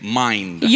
mind